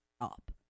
up